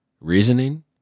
reasoning